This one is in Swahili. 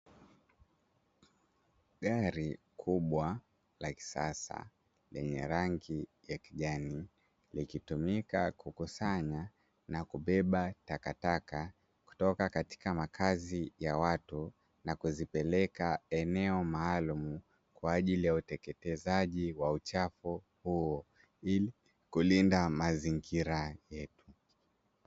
Gari kubwa la kisasa lenye rangi ya kijani, likitumika kukusanya na kubeba takataka kutoka katika makazi ya watu, na kuzipeleka eneo maalumu kwa ajili ya uteketezaji wa uchafu huo, ili kulinda mazingira yetu.